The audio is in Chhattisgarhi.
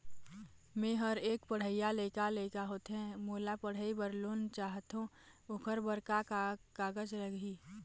मेहर एक पढ़इया लइका लइका होथे मोला पढ़ई बर लोन चाहथों ओकर बर का का कागज लगही?